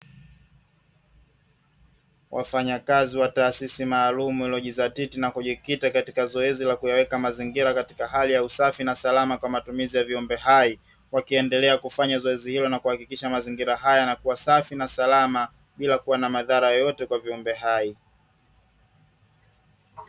Wafanyakazi wa taasisi maalumu iliyojidhatiti na kujikita katika zoezi la kuyaweka mazingira katika hali ya usafi na salama kwa matumizi ya viumbe hai, wakiendelea kufanya zoezi hilo na kuhakikisha mazingira yanakuwa safi na salama bila kuwa na madhara yoyote kwa viumbe hai.